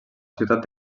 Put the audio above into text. ciutat